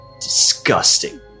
disgusting